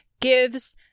gives